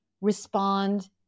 respond